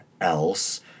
else